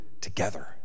together